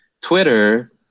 Twitter